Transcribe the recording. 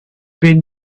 been